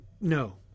no